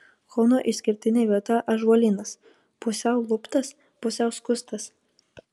kauno išskirtinė vieta ąžuolynas pusiau luptas pusiau skustas